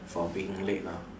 for being late lah